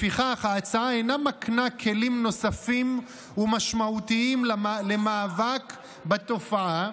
לפיכך ההצעה אינה מקנה כלים נוספים ומשמעותיים למאבק בתופעה,